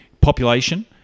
population